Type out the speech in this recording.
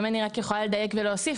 אם אני רק יכולה לדייק ולהוסיף,